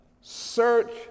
Search